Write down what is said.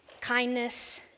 kindness